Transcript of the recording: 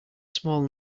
small